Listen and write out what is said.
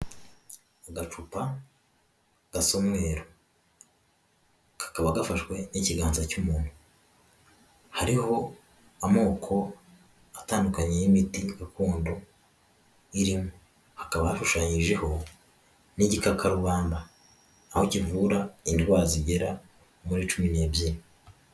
Agapupa gasa umweru kakaba gafashwe n'ikiganza cy'umuntu hariho amoko atandukanye y'imiti gakondo irimo, hakaba hashushanyijeho n'igikakarubanda aho kivura indwara zigera muri cumi n'ebyiri.